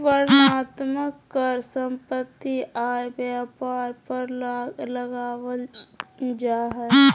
वर्णनात्मक कर सम्पत्ति, आय, व्यापार पर लगावल जा हय